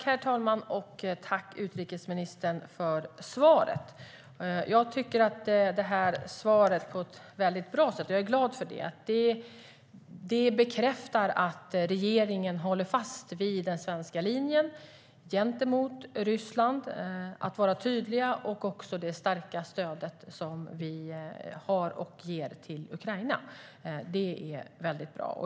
Herr talman! Tack, utrikesministern, för svaret! Jag tycker att svaret på ett bra sätt bekräftar att regeringen håller fast vid den svenska linjen gentemot Ryssland, att man är tydlig och att man också håller fast vid det starka stöd som vi ger till Ukraina. Det är väldigt bra.